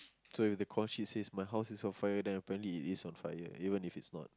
so if the call sheet says my house is on fire then apparently it is on fire even if is not